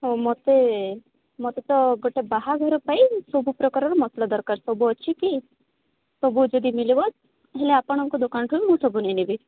ହଁ ମୋତେ ମୋତେ ତ ଗୋଟେ ବାହାଘର ପାଇଁ ସବୁ ପ୍ରକାରର ମସଲା ଦରକାର ସବୁ ଅଛି କି ସବୁ ଯଦି ମିଳିବ ହେଲେ ଆପଣଙ୍କ ଦେକାନ ଠୁ ହିଁ ମୁଁ ସବୁ ନେଇ ନେବି